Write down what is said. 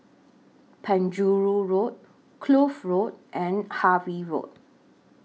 Penjuru Road Kloof Road and Harvey Road